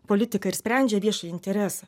politika ir sprendžia viešąjį interesą